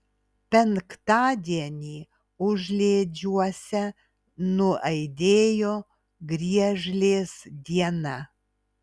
penktadienį užliedžiuose nuaidėjo griežlės diena